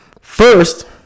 first